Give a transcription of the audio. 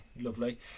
lovely